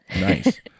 Nice